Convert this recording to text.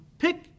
pick